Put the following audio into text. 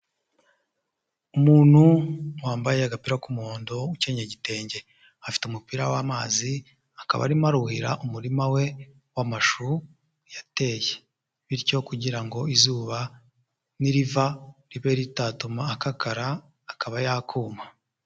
Umuntu wambaye agapira k'umuhondo ukennyeye igitenge, afite umupira w'amazi, akaba arimo aruhira umurima we w'amashu yateye, bityo kugira ngo izuba n'iriva ribe ritatuma akakara, akaba yakuma.